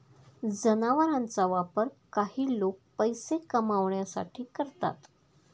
जनावरांचा वापर काही लोक पैसे कमावण्यासाठी करतात